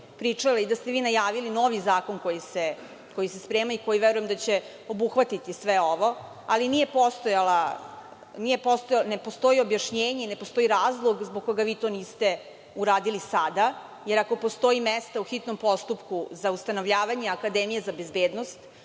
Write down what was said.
pričale i da ste vi najavili novi zakon koji se sprema, i koji verujem da će obuhvatiti sve ovo, ali ne postoji objašnjenje i ne postoji razlog zbog koga vi to niste uradili sada. Ako postoji mesta u hitnom postupku za ustanovljavanje akademije za bezbednost,